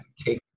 take